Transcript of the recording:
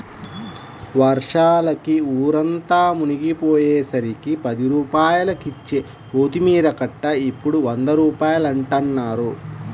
వర్షాలకి ఊరంతా మునిగిపొయ్యేసరికి పది రూపాయలకిచ్చే కొత్తిమీర కట్ట ఇప్పుడు వంద రూపాయలంటన్నారు